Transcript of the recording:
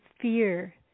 fear